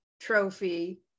trophy